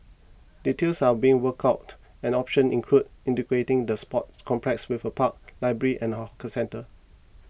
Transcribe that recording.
details are being worked out and options include integrating the sports complex with a park library and hawker centre